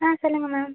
ஆ சொல்லுங்கள் மேம்